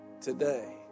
today